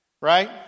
Right